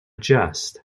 just